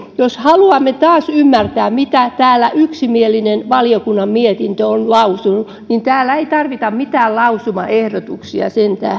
jos haluamme taas ymmärtää mitä täällä valiokunnan mietinnössä on yksimielisesti lausuttu niin täällä ei sen tähden tarvita mitään lausumaehdotuksia